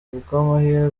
bw’amahirwe